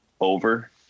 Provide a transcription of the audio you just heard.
over